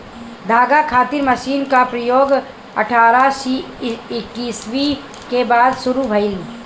धागा खातिर मशीन क प्रयोग अठारह सौ ईस्वी के बाद शुरू भइल